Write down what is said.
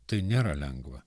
tai nėra lengva